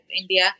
India